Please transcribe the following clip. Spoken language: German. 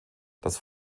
dass